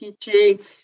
teaching